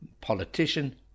politician